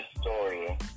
story